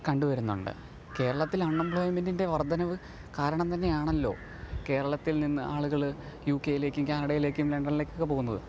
കണ്ടു വരുന്നുണ്ട് കേരളത്തിൽ അൺഎംപ്ലോയ്മെൻറ്റിൻ്റെ വർദ്ധനവ് കാരണം തന്നെയാണല്ലോ കേരളത്തിൽ നിന്ന് ആളുകൾ യൂ ക്കെയിലേക്കും കാനഡയിലേക്കും ലണ്ടനിലേക്കൊക്കെ പോകുന്നത്